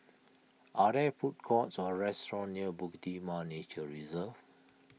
are there food courts or restaurants near Bukit Timah Nature Reserve